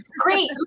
great